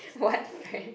what friend